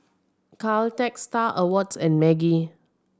Caltex Star Awards and Maggi